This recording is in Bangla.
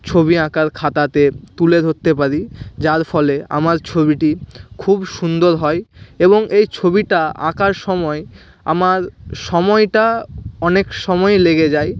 ছবি আঁকার খাতাতে তুলে ধরতে পারি যার ফলে আমার ছবিটি খুব সুন্দর হয় এবং এই ছবিটা আঁকার সময় আমার সময়টা অনেক সময় লেগে যায়